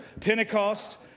Pentecost